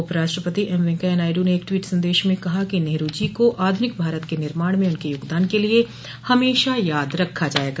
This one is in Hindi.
उप राष्ट्रपति एम वेंकैया नायड् ने एक ट्वीट संदेश में कहा कि नेहरू जी को आधुनिक भारत के निर्माण में उनके योगदान के लिए हमेशा याद रखा जायेगा